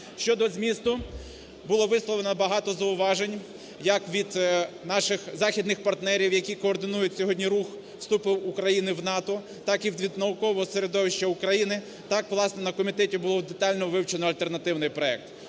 Щодо змісту. Було висловлено багато зауважень як від наших західних партнерів, які координують сьогодні рух вступу України в НАТО, так і від наукового середовища України, так, власне, на комітеті було детально вивчено альтернативний проект.